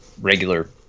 regular